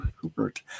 Hubert